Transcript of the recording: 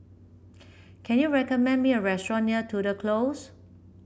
can you recommend me a restaurant near Tudor Close